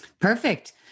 Perfect